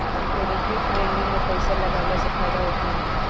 security trading में पइसा लगावला से फायदा होखेला